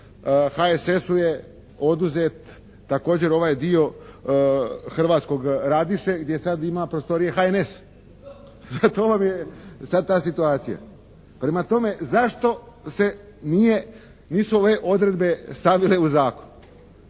HSS-u je također oduzet također ovaj dio "Hrvatskog radiše" gdje sad ima prostorije HNS. To vam je sad ta situacija. Prema tome, zašto se nisu ove odredbe stavile u zakon?